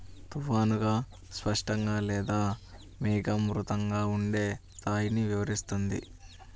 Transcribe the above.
తుఫానుగా, స్పష్టంగా లేదా మేఘావృతంగా ఉండే స్థాయిని వివరిస్తుంది